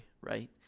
Right